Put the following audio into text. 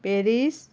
pairs